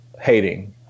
hating